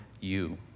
you